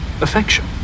Affection